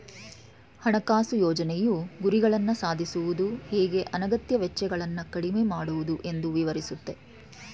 ಹಣಕಾಸು ಯೋಜ್ನೆಯು ಗುರಿಗಳನ್ನ ಸಾಧಿಸುವುದು ಹೇಗೆ ಅನಗತ್ಯ ವೆಚ್ಚಗಳನ್ನ ಕಡಿಮೆ ಮಾಡುವುದು ಎಂದು ವಿವರಿಸುತ್ತೆ